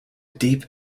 deep